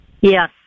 Yes